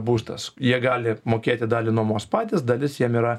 būstas jie gali mokėti dalį nuomos patys dalis jiem yra